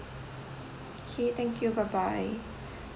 K thank you bye bye